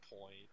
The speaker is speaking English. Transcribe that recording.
point